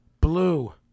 blue